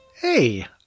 Hey